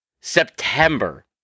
September